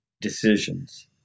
decisions